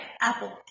Apple